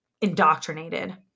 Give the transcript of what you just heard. indoctrinated